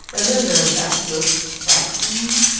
and then there's axis axes.